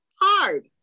hard